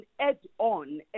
add-on